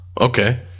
Okay